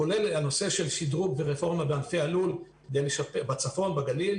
כולל נושא שדרוג ורפורמה בענפי הלול בצפון, בגליל